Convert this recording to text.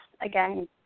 again